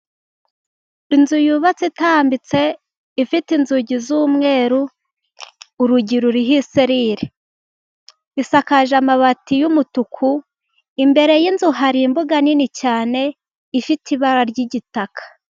Inzu yubatse itambitse, ifite inzugi z'umweru. Urugi ruriho iselire, isakaje amabati y’umutuku. Imbere y’inzu hari imbuga nini cyane ifite ibara ry’igitaka.